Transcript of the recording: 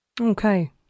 Okay